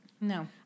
No